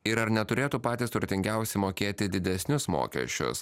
ir ar neturėtų patys turtingiausi mokėti didesnius mokesčius